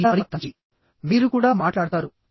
మీరు ఇక్కడ మరియు అక్కడ తరలించండి మీరు కూడా మాట్లాడతారు